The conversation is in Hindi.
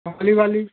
कम्पनी वाली